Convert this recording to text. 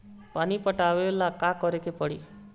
पानी पटावेला का करे के परी?